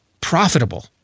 profitable